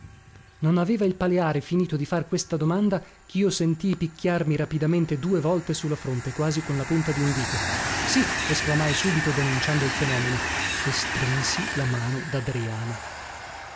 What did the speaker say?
non aveva il paleari finito di far questa domanda chio sentii picchiarmi rapidamente due volte su la fronte quasi con la punta di un dito sì esclamai subito denunciando il fenomeno e strinsi la mano dadriana